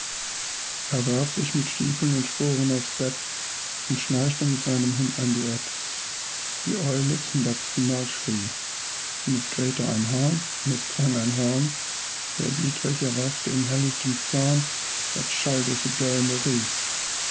er warf sich mit stiefeln und sporen aufs bett und schnarchte mit seinem hund ein duett die eule zum letztenmal schrie und es krähte ein hahn und es klang ein horn herr dietrich erwachte in hellichtem zorn